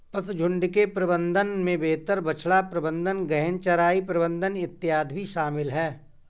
पशुझुण्ड के प्रबंधन में बेहतर बछड़ा प्रबंधन, गहन चराई प्रबंधन इत्यादि भी शामिल है